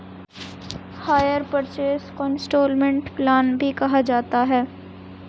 higher purchase को instalment plan भी कहा जाता है